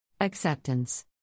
Acceptance